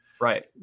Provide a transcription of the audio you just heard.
Right